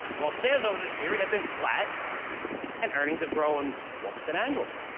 well, sales over this period had been flat and earnings have grown four percent annually,